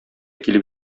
килеп